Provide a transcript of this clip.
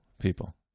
people